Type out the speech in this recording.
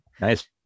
Nice